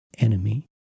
enemy